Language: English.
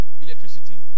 electricity